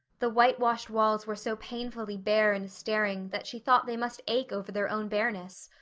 the whitewashed walls were so painfully bare and staring that she thought they must ache over their own bareness.